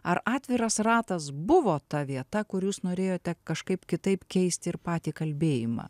ar atviras ratas buvo ta vieta kur jūs norėjote kažkaip kitaip keisti ir patį kalbėjimą